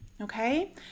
Okay